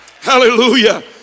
hallelujah